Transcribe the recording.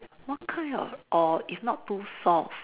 what kind of orh if not too soft